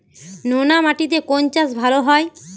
নোনা মাটিতে কোন চাষ ভালো হয়?